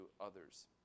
others